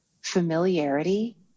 familiarity